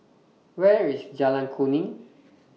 Where IS Jalan Kuning